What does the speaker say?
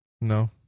No